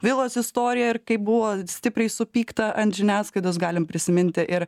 vilos istoriją ir kaip buvo stipriai supykta ant žiniasklaidos galim prisiminti ir